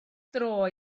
dro